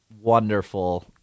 wonderful